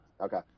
Okay